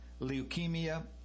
leukemia